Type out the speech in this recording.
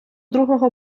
другого